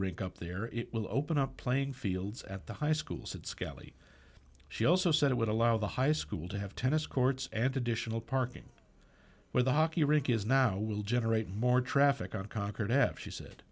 rink up there it will open up playing fields at the high schools at scally she also said it would allow the high school to have tennis courts and additional parking where the hockey rink is now will generate more traffic on concord f she said